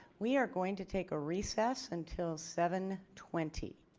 we are going to take a recess until seven twenty.